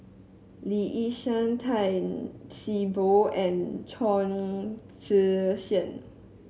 Lee Yi Shyan Tan See Boo and Chong Tze Chien